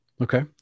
Okay